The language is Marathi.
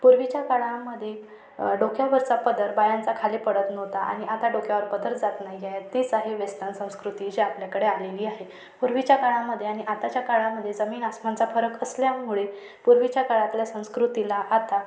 पूर्वीच्या काळामध्ये डोक्यावरचा पदर बायांचा खाली पडत नव्हता आणि आता डोक्यावर पदर जात नाही आहे तीच आहे वेस्टन संस्कृती जी आपल्याकडे आलेली आहे पूर्वीच्या काळामध्ये आणि आताच्या काळामध्ये जमीन आसमानचा फरक असल्यामुळे पूर्वीच्या काळातल्या संस्कृतीला आता